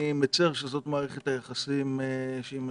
אני מצר על כך שזאת מערכת היחסים בין